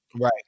Right